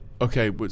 Okay